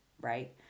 right